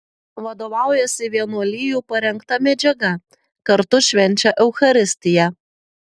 vadovaujasi vienuolijų parengta medžiaga kartu švenčia eucharistiją